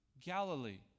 Galilee